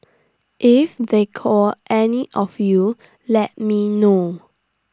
if they call any of you let me know